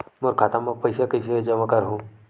मोर खाता म पईसा कइसे जमा करहु?